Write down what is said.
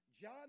John